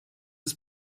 ist